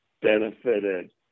benefited